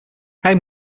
hij